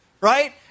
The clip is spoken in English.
right